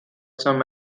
some